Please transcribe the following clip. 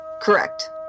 correct